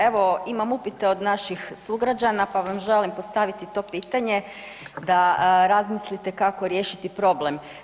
Evo, imam upite od naših sugrađana pa vam želim postaviti to pitanje, da razmislite kako riješiti problem.